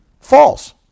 false